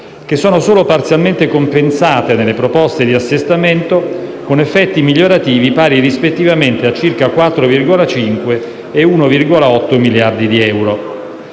che sono solo parzialmente compensate nelle proposte di assestamento con effetti migliorativi pari rispettivamente a circa 4,5 e 1,8 miliardi di euro.